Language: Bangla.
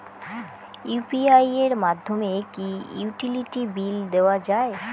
ইউ.পি.আই এর মাধ্যমে কি ইউটিলিটি বিল দেওয়া যায়?